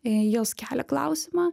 jos kelia klausimą